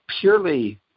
purely